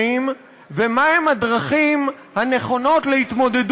ודרך אגב, זאת מטרת